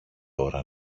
ώρα